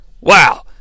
Wow